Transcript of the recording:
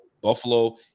Buffalo